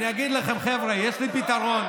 אני אגיד לכם, חבר'ה, יש לי פתרון.